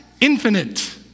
infinite